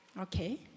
Okay